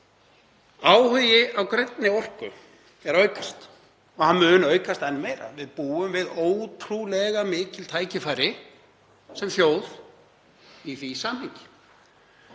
Áhugi á grænni orku er að aukast og hann mun aukast enn meira. Við búum við ótrúlega mikil tækifæri sem þjóð í því samhengi.